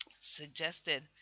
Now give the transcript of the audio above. suggested